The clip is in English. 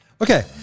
Okay